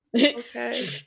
Okay